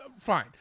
Fine